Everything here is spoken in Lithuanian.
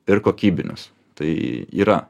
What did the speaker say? ir kokybinius tai yra